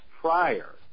prior